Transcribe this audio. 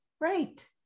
Right